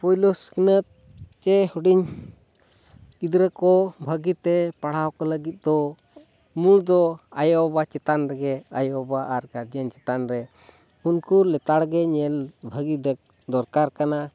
ᱯᱩᱭᱞᱩ ᱥᱤᱠᱷᱱᱟᱹᱛ ᱥᱮ ᱦᱩᱰᱤᱧ ᱜᱤᱫᱽᱨᱟᱹ ᱠᱚ ᱵᱷᱟᱹᱜᱤ ᱛᱮ ᱯᱟᱲᱦᱟᱣ ᱠᱚ ᱞᱟᱹᱜᱤᱫ ᱫᱚ ᱢᱩᱬ ᱫᱚ ᱟᱭᱚᱼᱵᱟᱵᱟ ᱪᱮᱛᱟᱱ ᱨᱮᱜᱮ ᱟᱭᱚᱼᱵᱟᱵᱟ ᱟᱨ ᱜᱟᱨᱡᱮᱱ ᱪᱮᱛᱟᱱ ᱨᱮ ᱩᱱᱠᱩ ᱞᱮᱛᱟᱲ ᱜᱮ ᱧᱮᱞ ᱵᱷᱟᱹᱜᱤ ᱫᱚᱨᱠᱟᱨ ᱠᱟᱱᱟ